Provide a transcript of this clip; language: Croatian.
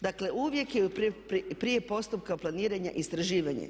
Dakle, uvijek je prije postupka planiranja istraživanje.